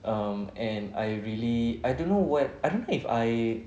um and I really I don't know what I don't know if I